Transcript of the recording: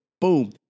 Boom